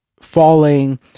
falling